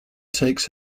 takes